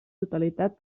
totalitat